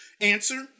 Answer